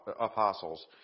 apostles